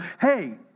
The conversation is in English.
hey